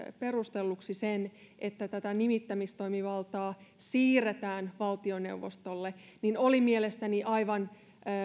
perustelluksi sen että tätä nimittämistoimivaltaa siirretään valtioneuvostolle niin oli mielestäni aivan